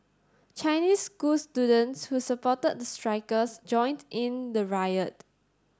Chinese school students who supported the strikers joined in the riot